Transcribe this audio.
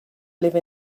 live